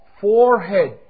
Forehead